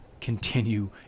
continue